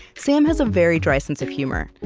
sam has a very dry sense of humor.